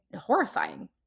horrifying